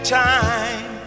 time